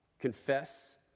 confess